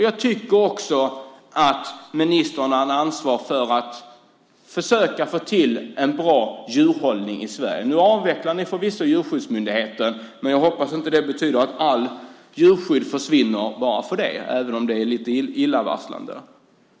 Ministern har ansvar för att försöka få till en bra djurhållning i Sverige. Nu avvecklar ni förvisso Djurskyddsmyndigheten, men jag hoppas att det inte betyder att allt djurskydd försvinner bara för det, även om det är lite illavarslande.